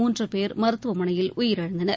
முன்று பேர் மருத்துவமனையில் உயிரிழந்தனர்